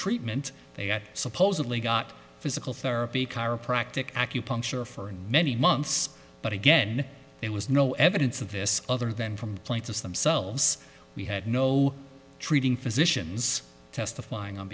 treatment they supposedly got physical therapy chiropractic acupuncture for many months but again it was no evidence of this other than from plaintiffs themselves we had no treating physicians testifying on